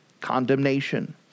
condemnation